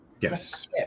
Yes